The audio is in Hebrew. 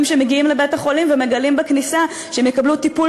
שמגיעים לבית-החולים ומגלים בכניסה שהם יקבלו טיפול